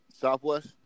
Southwest